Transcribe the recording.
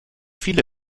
viele